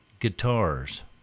guitars